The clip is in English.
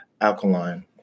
alkaline